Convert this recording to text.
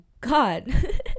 god